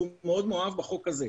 והוא מאוד מאוהב בחוק הזה.